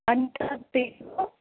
अन्त